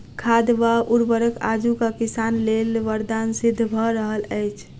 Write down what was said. खाद वा उर्वरक आजुक किसान लेल वरदान सिद्ध भ रहल अछि